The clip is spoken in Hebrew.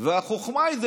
והחוכמה היא,